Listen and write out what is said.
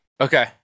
Okay